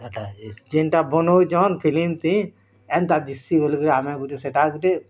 କେନ୍ତାଟା ଯେନ୍ଟା ବନଉଛନ୍ ଫିଲ୍ମଟି ଏନ୍ତା ଦିସି ବୋଲିକରି ଆମେ ଗୁଟେ ସେଟା ଗୁଟେ